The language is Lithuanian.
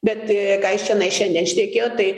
bet ką jis čionai šiandien šnekėjo tai